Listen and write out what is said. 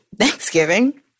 Thanksgiving